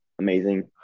amazing